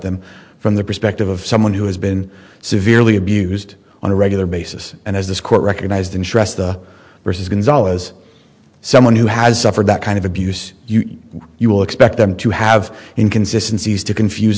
them from the perspective of someone who has been severely abused on a regular basis and as this court recognized in shrestha versus gonzalez someone who has suffered that kind of abuse you will expect them to have inconsistency as to confuse